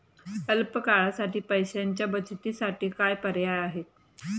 अल्प काळासाठी पैशाच्या बचतीसाठी काय पर्याय आहेत?